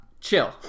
chill